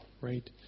right